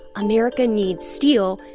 america needs steel,